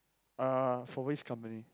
uh for which company